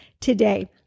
today